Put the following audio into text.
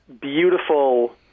beautiful